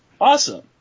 awesome